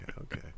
okay